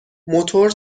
موتور